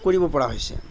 কৰিব পৰা হৈছে